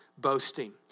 boasting